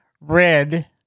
Red